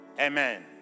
Amen